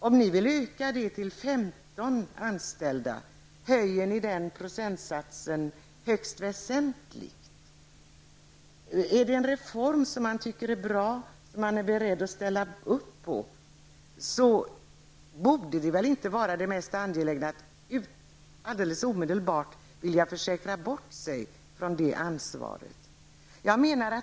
Om ni vill öka det till 15 anställda höjer ni den procentsatsen högst väsentligt. Om man tycker en reform är bra och är beredd att ställa upp på den borde väl inte det mest angelägna vara att alldeles omedelbart vilja försäkra bort sig från det ansvaret.